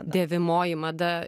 dėvimoji mada